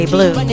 Blue